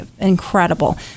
incredible